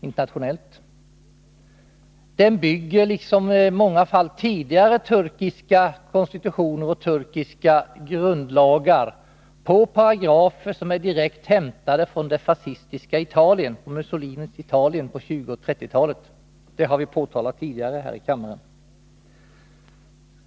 Denna konstitution bygger, liksom många tidigare turkiska konstitutioner och grundlagar, på paragrafer som är direkt hämtade från Mussolinis fascistiska Italien på 1920 och 1930-talen. Det har vi påtalat tidigare här i kammaren.